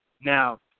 Now